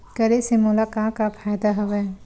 करे से मोला का का फ़ायदा हवय?